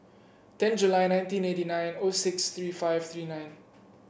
ten July nineteen eighty nine O six three five three nine